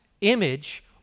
image